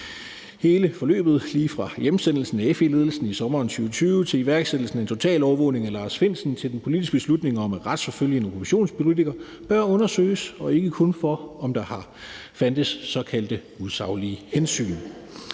Hele forløbet, lige fra hjemsendelsen af FE-ledelsen i sommeren 2022 over iværksættelsen af en totalovervågning af Lars Findsen og til den politiske beslutning om at retsforfølge en oppositionspolitiker, bør undersøges og ikke kun, om derhar fundet såkaldte usaglige hensyn